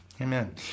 Amen